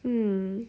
hmm